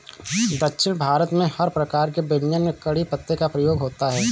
दक्षिण भारत में हर प्रकार के व्यंजन में कढ़ी पत्ते का प्रयोग होता है